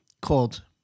called